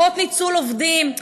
פחות ניצול עובדים.